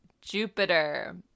Jupiter